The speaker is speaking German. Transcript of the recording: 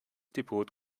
depot